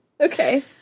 Okay